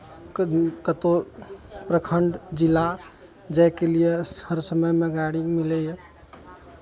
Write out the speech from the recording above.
कभी कतहु प्रखण्ड जिला जायके लिए हर समयमे गाड़ी मिलैए